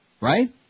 Right